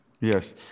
Yes